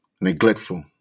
neglectful